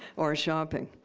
or shopping.